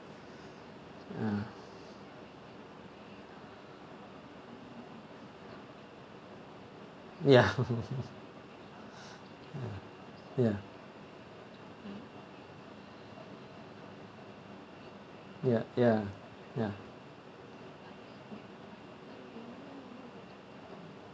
ya ya ya ya ya ya ya